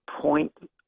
point